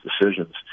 decisions